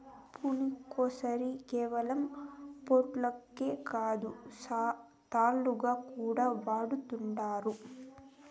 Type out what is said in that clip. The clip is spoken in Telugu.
పురికొసని కేవలం పొట్లాలకే కాదు, తాళ్లుగా కూడా వాడతండారు